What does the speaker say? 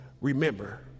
remember